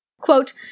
Quote